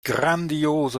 grandiose